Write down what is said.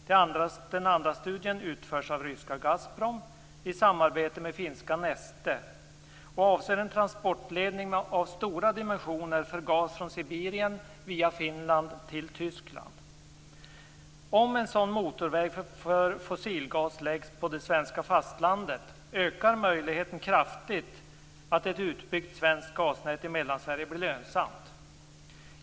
Den andra studien utförs av ryska Gasprom i samarbete med finska Neste och avser en transportledning av stora dimensioner för gas från Sibirien, via Om en sådan motorväg för fossilgas läggs på svenska fastlandet, ökar möjligheten kraftigt att ett utbyggt svenskt gasnät i Mellansverige blir lönsamt.